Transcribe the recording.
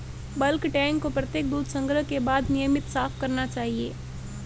bulk tank को प्रत्येक दूध संग्रह के बाद नियमित साफ करना चाहिए